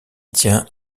tient